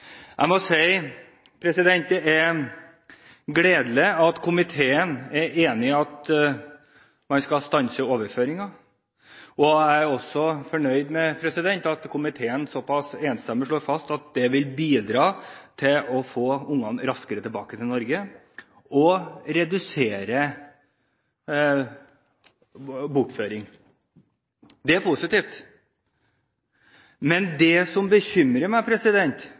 Jeg må si det er gledelig at komiteen er enig om å stanse overføringer av velferdsytelser til barnebortførere, og jeg er også fornøyd med at komiteen såpass enstemmig slår fast at det vil bidra til å få ungene raskere tilbake til Norge og redusere antallet bortføringer. Det er positivt. Men det som bekymrer meg,